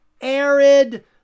arid